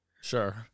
Sure